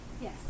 Yes